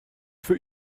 für